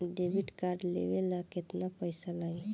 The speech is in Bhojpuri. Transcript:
डेबिट कार्ड लेवे ला केतना पईसा लागी?